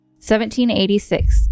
1786